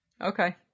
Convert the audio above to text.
Okay